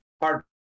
hard